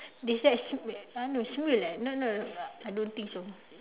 they like !huh! no leh no no I don't think so